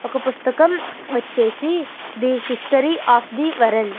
ఒక పుస్తకం వచ్చేసి the history of the world